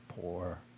poor